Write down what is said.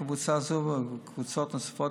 קבוצה זו וקבוצות נוספות,